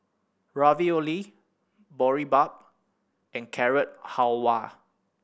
Ravioli Boribap and Carrot Halwa